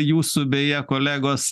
jūsų beje kolegos